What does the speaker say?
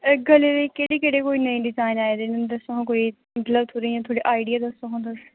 एह् गले दे केह्ड़े केह्ड़े कोई नमें डिजाइन आए देन दस्सो हां कोई मतलब थोड़े इयां थोड़े आइडिया दस्सो हां तुस